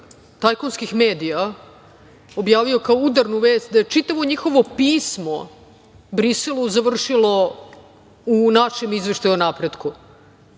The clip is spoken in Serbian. tajkunskih medija objavio kao udarnu vest da je čitavo njihovo pismo Briselu završilo u našem izveštaju o napretku.